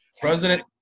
President